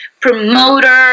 promoter